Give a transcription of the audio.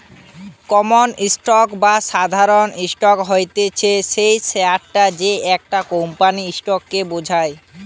common stock বা সাধারণ stock হতিছে সেই শেয়ারটা যেটা একটা কোম্পানির স্টক কে বোঝায়